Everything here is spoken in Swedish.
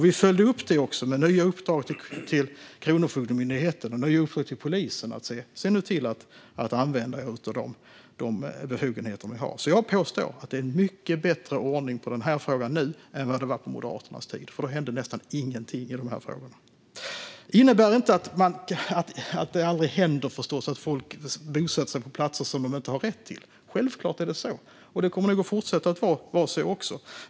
Vi följer också upp det med nya uppdrag till Kronofogdemyndigheten och nya uppdrag till polisen att se till att använda de befogenheter de har. Jag påstår att det är mycket bättre ordning på den här frågan nu än det var på Moderaternas tid, för då hände nästan ingenting i de här frågorna. Det innebär förstås inte att det aldrig händer att folk bosätter sig på platser där de inte har rätt att göra det. Självklart är det så, och det kommer nog att fortsätta vara så.